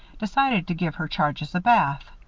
decided to give her charges a bath.